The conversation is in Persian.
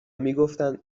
میگفتند